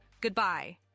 goodbye